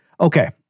Okay